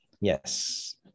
Yes